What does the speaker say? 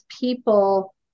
people